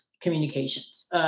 communications